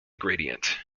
gradient